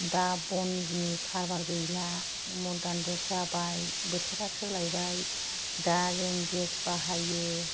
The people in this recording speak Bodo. दा बननि कारबार गैला मदारन जुग जाबाय बोथोरा सोलायबाय दा जों गेस बाहायो